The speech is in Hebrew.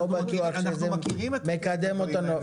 לא בטוח שזה מקדם אותנו.